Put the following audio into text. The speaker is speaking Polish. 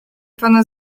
pana